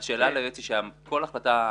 כל החלטה,